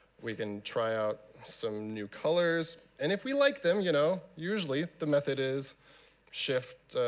we can try out some new colors and if we like them, you know usually the method is shift-selection,